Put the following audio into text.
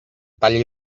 talli